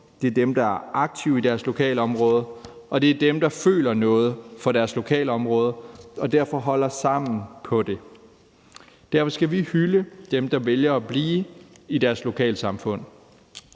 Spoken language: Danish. det er dem, der er aktive i deres lokalområde; og det er dem, der føler noget for deres lokalområde og derfor holder sammen på det. Derfor skal vi hylde dem, der vælger at blive i deres lokalsamfund.